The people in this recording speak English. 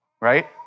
right